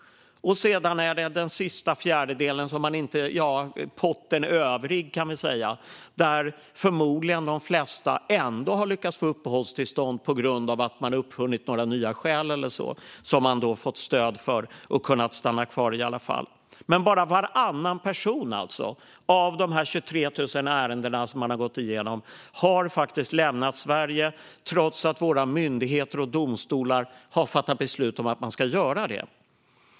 Sedan är det den sista fjärdedelen, som man kan kalla för potten med övriga, där de flesta förmodligen ändå har lyckats få uppehållstillstånd på grund av att man har uppfunnit några nya skäl eller så som man har fått stöd för och sedan kunnat stanna kvar i alla fall. Men det är alltså bara varannan person i de 23 000 ärenden som man har gått igenom som har lämnat Sverige, trots att våra myndigheter och domstolar har fattat beslut om att de ska göra det.